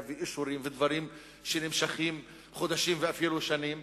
ואישורים ודברים שנמשכים חודשים ואפילו שנים.